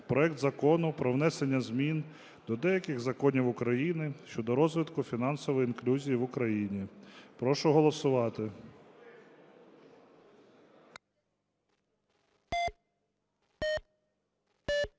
проект Закону про внесення змін до деяких законів України щодо розвитку фінансової інклюзії в Україні. Прошу голосувати.